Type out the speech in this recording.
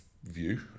view